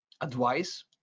advice